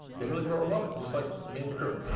they really grow to love it, just like me and the crew.